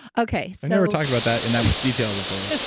okay. i never talked about that in that much detail before.